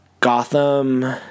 Gotham